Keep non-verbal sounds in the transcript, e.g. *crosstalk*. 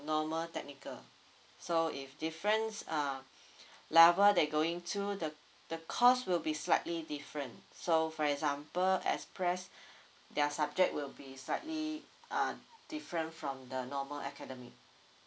normal technical so if different uh *breath* level they're going to the the cost will be slightly different so for example express *breath* their subject will be slightly uh different from the normal academic